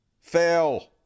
Fail